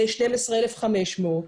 ב-12,500,